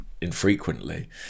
infrequently